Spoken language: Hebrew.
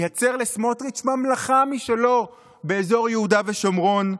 לייצר לסמוטריץ' ממלכה משלו באזור יהודה ושומרון,